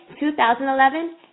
2011